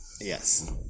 yes